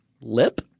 Lip